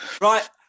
Right